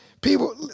people